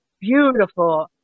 Beautiful